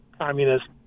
communist